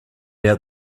out